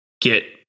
get –